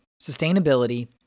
sustainability